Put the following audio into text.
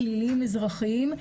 פליליים ואזרחיים,